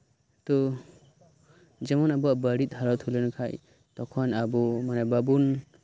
ᱛᱳ ᱟᱵᱚᱣᱟᱜ ᱡᱮᱢᱚᱱ ᱵᱟᱹᱲᱤᱡ ᱦᱟᱞᱚᱛ ᱦᱩᱭ ᱞᱮᱱᱠᱷᱟᱱ ᱛᱚᱠᱷᱚᱱ ᱟᱵᱚ ᱵᱟᱵᱚᱱ